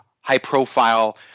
high-profile